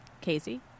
casey